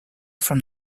from